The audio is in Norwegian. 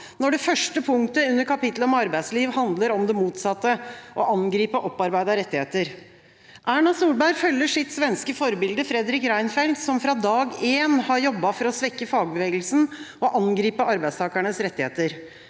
andre dag 161 pitlet om arbeidsliv handler om det motsatte – å angripe opparbeidede rettigheter. Erna Solberg følger sitt svenske forbilde, Fredrik Reinfeldt, som fra dag én har jobbet for å svekke fagbevegelsen og angripe arbeidstakernes rettigheter.